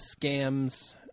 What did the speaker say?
scams